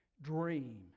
Dream